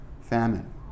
famine